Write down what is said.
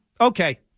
Okay